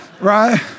right